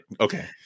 Okay